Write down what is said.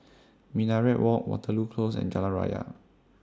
Minaret Walk Waterloo Close and Jalan Raya